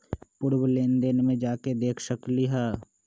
पूर्व लेन देन में जाके देखसकली ह?